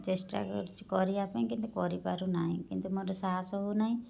ଚେଷ୍ଟା କରୁଛି କରିବା ପାଇଁ କିନ୍ତୁ କରିପାରୁନାହିଁ କିନ୍ତୁ ମୋର ସାହସ ହଉନାହିଁ